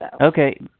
Okay